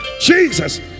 Jesus